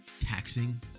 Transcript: taxing